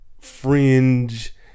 fringe